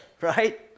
right